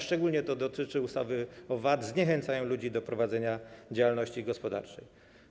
Szczególnie dotyczy to ustawy o VAT, zniechęca to ludzi do prowadzenia działalności gospodarczej.